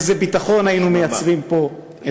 איזה ביטחון היינו מייצרים פה.